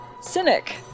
Cynic